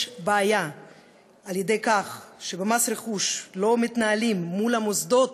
יש בעיה בכך שבמס רכוש לא מתנהלים מול המוסדות.